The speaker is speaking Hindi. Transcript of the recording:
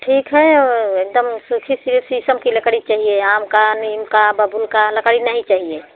ठीक है एक दम सूखी सिर्फ़ शीशम की लकड़ी चाहिए आम की नीम की बबुल की लकड़ी नहीं चाहिए